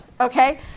okay